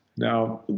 Now